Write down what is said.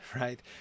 right